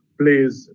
please